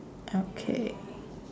okay